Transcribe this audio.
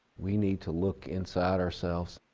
we need to look inside ourselves.